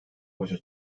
başa